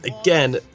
again